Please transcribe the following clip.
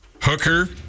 Hooker